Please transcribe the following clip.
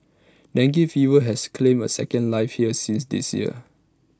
dengue fever has claimed A second life here this this year